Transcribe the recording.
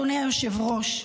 אדוני היושב-ראש,